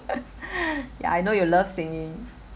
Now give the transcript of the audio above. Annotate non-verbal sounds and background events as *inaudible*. *laughs* ya I know you love singing